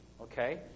Okay